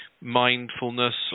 mindfulness